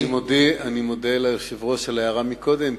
אני מודה ליושב-ראש על ההערה מקודם,